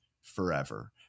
forever